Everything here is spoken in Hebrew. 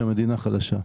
המדינה חלשה.